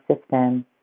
system